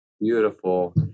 Beautiful